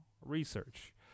research